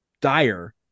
dire